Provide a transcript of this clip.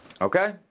Okay